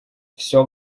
все